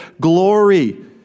glory